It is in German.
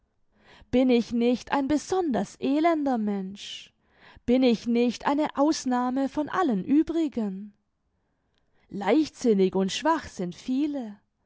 bin ich nicht ein besonders elender mensch bin ich nicht eine ausnahme von allen uebrigen leichtsinnig und schwach sind viele